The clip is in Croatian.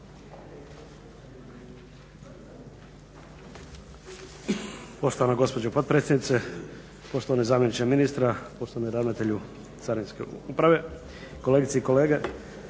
Poštovana gospođo potpredsjednice, poštovani zamjeniče ministra, poštovani ravnatelju Carinske uprave, kolegice i kolege.